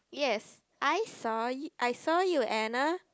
yes I saw I saw you Anna